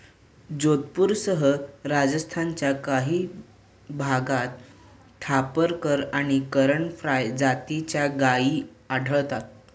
जोधपूरसह राजस्थानच्या काही भागात थापरकर आणि करण फ्राय जातीच्या गायी आढळतात